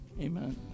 amen